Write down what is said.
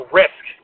risk